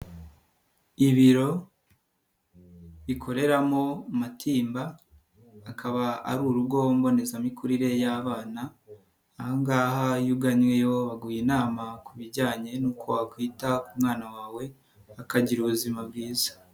Ibiro bikoreramo Matimba akaba ari urugo mbonezamikurire y'abana, aha ngaha iyo ugannyeyo baguha inama ku bijyanye nuko wakwita ku mwana wawe akagira ubuzima bwiza.